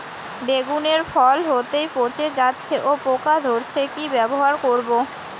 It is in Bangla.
বেগুনের ফল হতেই পচে যাচ্ছে ও পোকা ধরছে কি ব্যবহার করব?